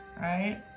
Right